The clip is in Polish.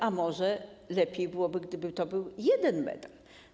A może lepiej byłoby, gdyby to był jeden medal?